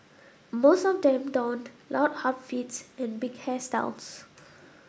most of them donned loud outfits and big hairstyles